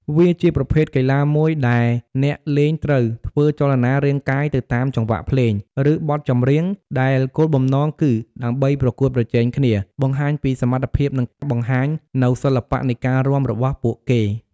វាជាប្រភេទកីឡាមួយដែលអ្នកលេងត្រូវ ធ្វើចលនារាងកាយ ទៅតាម ចង្វាក់ភ្លេង ឬបទចម្រៀង ដែលគោលបំណងគឺ ដើម្បីប្រកួតប្រជែងគ្នា បង្ហាញពីសមត្ថភាព និង បង្ហាញនូវសិល្បៈនៃការរាំ របស់ពួកគេ។